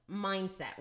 mindset